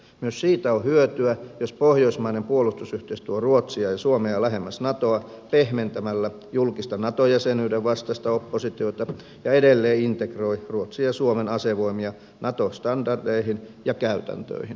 myös siitä on hyötyä jos pohjoismainen puolustusyhteistyö tuo ruotsia ja suomea lähemmäs natoa pehmentämällä julkista nato jäsenyyden vastaista oppositiota ja edelleen integroi ruotsin ja suomen asevoimia nato standardeihin ja käytäntöihin